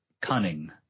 cunning